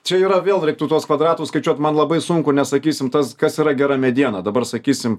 čia yra vėl reiktų tuos kvadratus skaičiuot man labai sunku nes sakysim tas kas yra gera mediena dabar sakysim